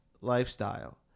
lifestyle